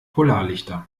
polarlichter